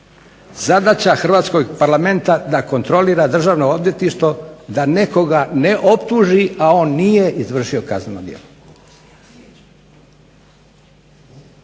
zadaća hrvatskog Parlamenta je da kontrolira državno odvjetništvo da nekoga ne optuži, a on nije izvršio kazneno djelo.